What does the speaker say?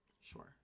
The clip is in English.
Sure